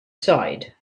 side